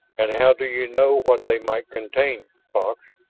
and how do you know what they might contain, fox?